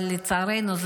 אבל לצערנו,